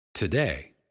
Today